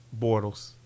Bortles